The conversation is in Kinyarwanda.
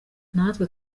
natwe